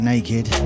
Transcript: naked